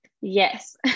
Yes